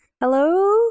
hello